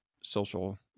social